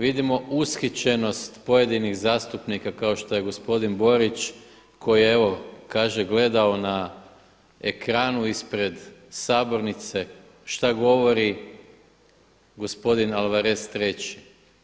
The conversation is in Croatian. Vidimo ushićenost pojedinih zastupnika kao što je gospodin Borić, koji je evo kaže gledao na ekranu ispred sabornice šta govori gospodin Alvarez III.